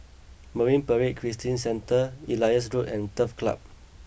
Marine Parade Christian Centre Elias Road and Turf Club